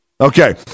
okay